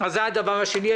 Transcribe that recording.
--- זה הדבר השני.